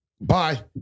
Bye